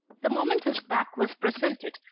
the moment his back was presented,